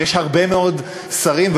שיש הרבה מאוד שרים,